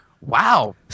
wow